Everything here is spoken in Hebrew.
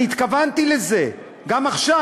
התכוונתי לזה, וגם עכשיו.